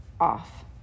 off